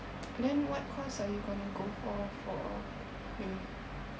then what course are you gonna go for for uni